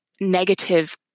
negative